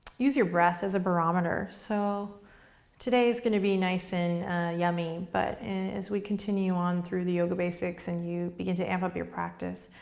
use your breath as a barometer. so today is gonna be nice and yummy, but as we continue through the yoga basics and you begin to amp up your practice,